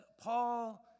Paul